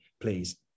please